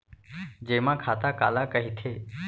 जेमा खाता काला कहिथे?